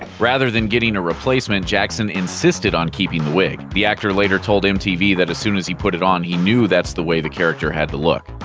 rather than getting a replacement, jackson insisted on keeping the wig. the actor later told mtv that as soon as he put it on he knew that's the way the character had to look.